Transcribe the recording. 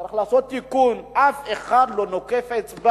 צריך לתקן, ואף אחד לא נוקף אצבע.